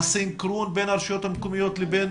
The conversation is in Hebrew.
על הסנכרון בין הרשויות המקומיות לבין